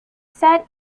set